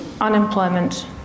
unemployment